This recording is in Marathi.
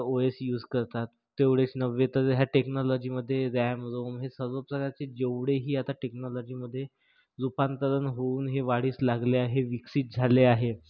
ओ एस यूज करतात तेवढेच नव्हे तर ह्या टेक्नॉलॉजीमध्ये रॅम रोम हे सर्व प्रकारचे जेवढेही आता टेक्नॉलॉजीमध्ये रूपांतरण होऊन हे वाढीस लागले आहे विकसित झाले आहे